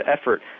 effort